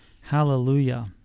Hallelujah